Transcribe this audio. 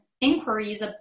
inquiries